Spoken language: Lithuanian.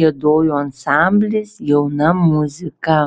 giedojo ansamblis jauna muzika